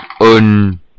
un